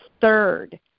Third